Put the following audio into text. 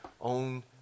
own